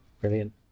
Brilliant